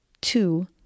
two